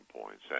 points